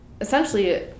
essentially